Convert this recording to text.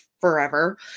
forever